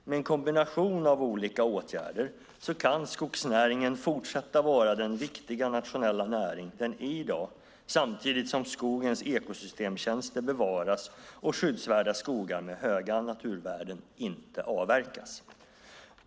Med en kombination av olika åtgärder kan skogsnäringen fortsätta vara den viktiga nationella näring den är i dag samtidigt som skogens ekosystemtjänster bevaras och skyddsvärda skogar med höga naturvärden inte avverkas.